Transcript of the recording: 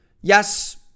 Yes